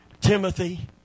Timothy